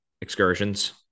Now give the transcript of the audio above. excursions